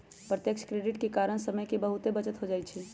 प्रत्यक्ष क्रेडिट के कारण समय के बहुते बचत हो जाइ छइ